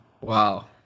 Wow